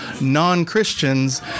non-Christians